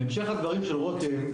בהמשך לדברים של רותם,